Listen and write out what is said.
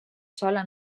sola